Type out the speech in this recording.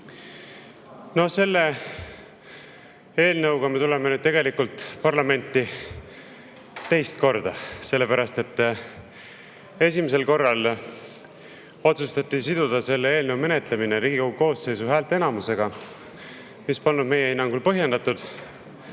Selle eelnõuga me tuleme tegelikult parlamenti teist korda, sellepärast et esimesel korral otsustati siduda eelnõu menetlemine Riigikogu koosseisu häälteenamuse [nõudega], mis polnud meie hinnangul põhjendatud.